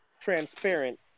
transparent